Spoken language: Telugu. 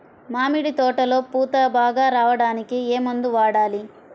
మామిడి తోటలో పూత బాగా రావడానికి ఏ మందు వాడాలి?